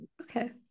Okay